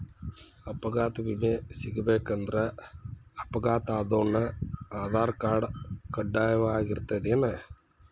ಅಪಘಾತ್ ವಿಮೆ ಸಿಗ್ಬೇಕಂದ್ರ ಅಪ್ಘಾತಾದೊನ್ ಆಧಾರ್ರ್ಕಾರ್ಡ್ ಕಡ್ಡಾಯಿರ್ತದೇನ್?